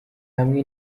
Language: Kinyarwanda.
hamwe